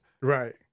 Right